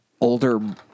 older